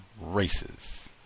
races